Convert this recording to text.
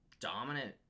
dominant